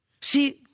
See